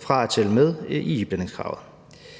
fra at tælle med i iblandingskravet.